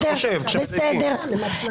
מה שתרצה, המיקרופון שלך.